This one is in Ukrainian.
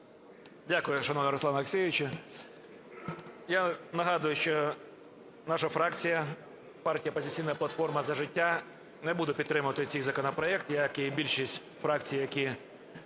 Дякую, шановний Руслане Олексійовичу. Я нагадую, що наша фракція, партія "Опозиційна платформа – За життя" не буде підтримувати цей законопроект, як і більшість фракцій, які